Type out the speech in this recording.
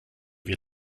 wir